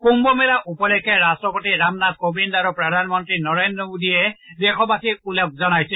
কুম্ভমেলা উপলক্ষে ৰাষ্ট্ৰপতি ৰামনাথ কোবিন্দ আৰু প্ৰধানমন্ত্ৰী নৰেন্দ্ৰ মোডীয়ে দেশবাসীক ওলগ জনাইছে